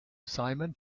simon